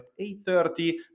8.30